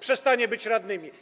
przestanie być radnymi?